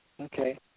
Okay